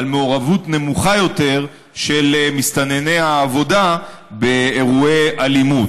על מעורבות נמוכה יותר של מסתנני העבודה באירועי אלימות,